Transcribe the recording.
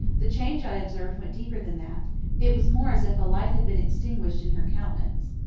the change i observed went deeper than that it was more as if a light had been extinguished in her countenance.